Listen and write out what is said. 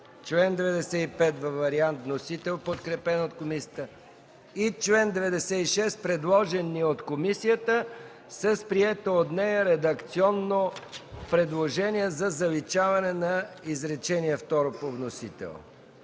чл. 95 във варианта на вносителите, подкрепен от комисията, и чл. 96, предложен от комисията с приетото от нея редакционно предложение за заличаване на изречение второ по вносител.